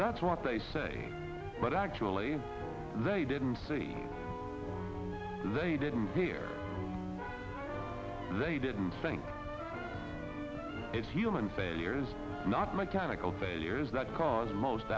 that's what they say but actually they didn't see they didn't hear they didn't think it's human failures not mechanical failures that cause most